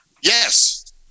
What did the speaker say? Yes